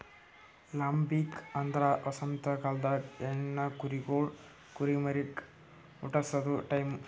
lambing ಅಂದ್ರ ವಸಂತ ಕಾಲ್ದಾಗ ಹೆಣ್ಣ ಕುರಿಗೊಳ್ ಕುರಿಮರಿಗ್ ಹುಟಸದು ಟೈಂ